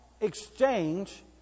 exchange